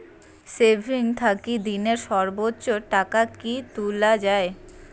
Savings থাকি দিনে সর্বোচ্চ টাকা কি তুলা য়ায়?